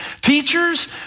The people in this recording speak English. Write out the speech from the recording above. teachers